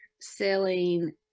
selling